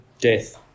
death